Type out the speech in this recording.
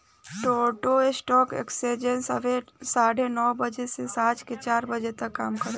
Toronto stock exchange सबेरे साढ़े नौ बजे से सांझ के चार बजे तक काम करेला